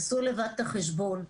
תעשו לבד את החשבון.